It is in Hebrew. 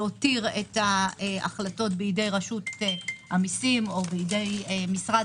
להותיר את ההחלטות בידי רשות המיסים או בידי משרד